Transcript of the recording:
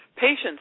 patients